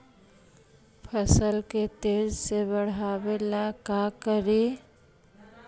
फसल के तेजी से बढ़ाबे ला का करि?